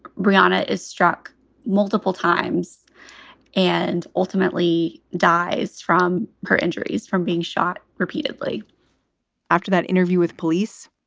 brianna is struck multiple times and ultimately dies from her injuries, from being shot repeatedly after that interview with police,